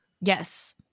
yes